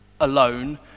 alone